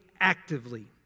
actively